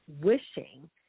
wishing